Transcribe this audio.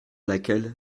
laquelle